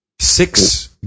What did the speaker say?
Six